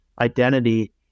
identity